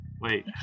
wait